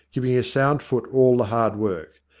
giving his sound foot all the hard work.